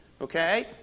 Okay